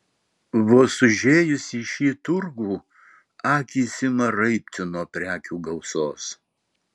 vos užėjus į šį turgų akys ima raibti nuo prekių gausos